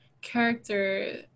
character